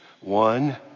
One